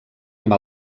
amb